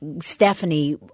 Stephanie